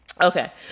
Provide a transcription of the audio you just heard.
okay